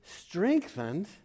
strengthened